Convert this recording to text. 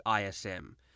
ISM